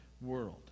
world